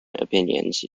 opinions